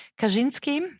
Kaczynski